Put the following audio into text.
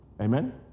Amen